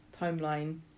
timeline